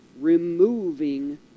removing